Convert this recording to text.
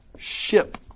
Ship